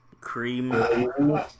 cream